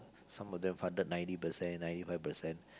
some of them funded ninety percent ninety five percent